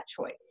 choice